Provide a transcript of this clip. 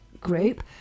group